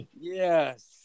Yes